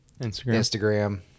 Instagram